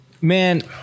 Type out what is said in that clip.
man